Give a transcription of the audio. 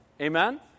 Amen